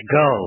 go